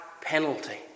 penalty